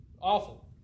awful